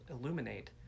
illuminate